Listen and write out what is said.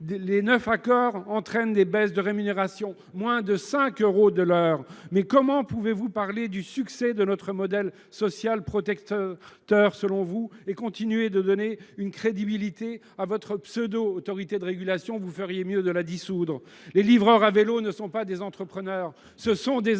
Les neuf accords entraînent des baisses de rémunérations : moins de 5 euros de l’heure ! Mais comment pouvez vous parler du succès de notre modèle social, protecteur selon vous, et continuer de donner une crédibilité à votre pseudo autorité de régulation ? Vous feriez mieux de la dissoudre ! Les livreurs à vélo ne sont pas des entrepreneurs ; ce sont des indépendants